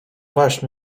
waśń